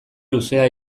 luze